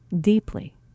deeply